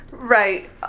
Right